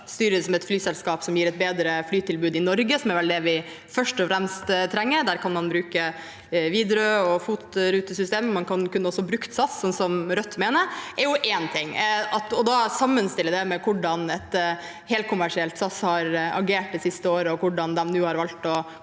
styre det som et flyselskap som gir et bedre flytilbud i Norge – som vel er det vi først og fremst trenger. Der kan man bruke Widerøe og FOT-rutesystemet, og man kan også bruke SAS, sånn som Rødt mener. Det å sammenstille det med hvordan et helkommersielt SAS har agert det siste året, og hvordan de nå har valgt å